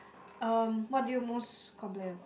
um what do you most complain